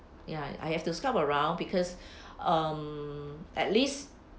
ya I have to scout around because um at least